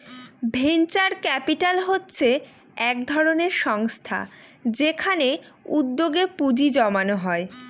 venture capital হচ্ছে এক ধরনের সংস্থা যেখানে উদ্যোগে পুঁজি জমানো হয়